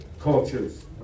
cultures